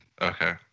Okay